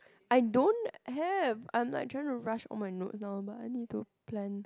I don't have I'm like trying to rush all my notes down but I need to plan